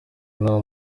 n’uwo